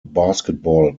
basketball